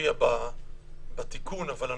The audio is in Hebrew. מופיע בתיקון אבל,